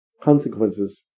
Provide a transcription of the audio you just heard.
consequences